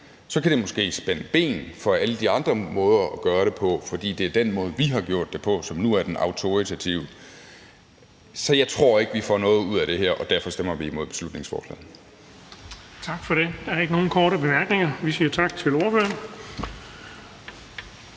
kan det måske spænde ben for alle de andre måder at gøre det på, fordi det er den måde, vi har gjort det på, som nu er den autoritative. Så jeg tror ikke, vi får noget ud af det her, og derfor stemmer vi imod beslutningsforslaget. Kl. 19:18 Den fg. formand (Erling Bonnesen): Tak for det. Der er ikke nogen korte bemærkninger, og vi siger tak til ordføreren.